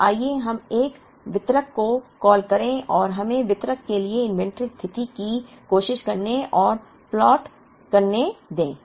तो आइए हम एक वितरक को कॉल करें और हमें वितरक के लिए इन्वेंट्री स्थिति की कोशिश करने और प्लॉट करने दें